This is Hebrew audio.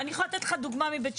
אני יכולה לתת לך דוגמה מבית שמש.